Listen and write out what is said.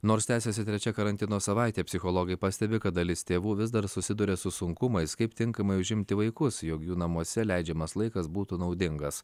nors tęsiasi trečia karantino savaitė psichologai pastebi kad dalis tėvų vis dar susiduria su sunkumais kaip tinkamai užimti vaikus jog jų namuose leidžiamas laikas būtų naudingas